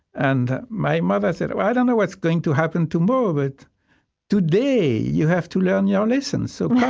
and my mother said, well, i don't know what's going to happen tomorrow, but today you have to learn your lessons. so yeah